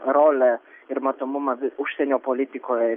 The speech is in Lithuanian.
rolę ir matomumą užsienio politikoj